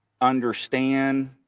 understand